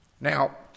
Now